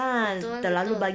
betul betul